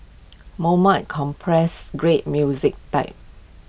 compress great music time